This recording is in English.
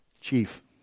chief